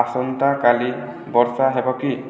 ଆସନ୍ତାକାଲି ବର୍ଷା ହେବ କି